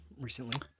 recently